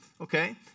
okay